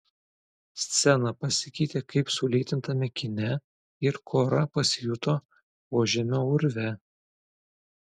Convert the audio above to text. scena pasikeitė kaip sulėtintame kine ir kora pasijuto požemio urve